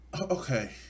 okay